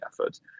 efforts